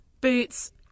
Boots